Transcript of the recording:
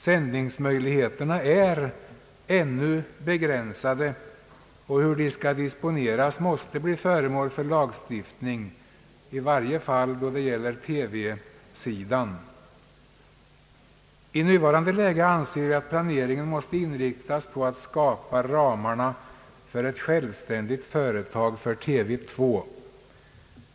Sändningsmöjligheterna är ännu begränsade, och hur de skall disponeras måste bli föremål för lagstiftning, i varje fall då det gäller TV-sidan. I nuvarande läge anser vi, att planeringen bör inriktas på att skapa ramarna för ett självständigt företag för TV 2.